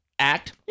act